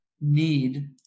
need